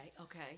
okay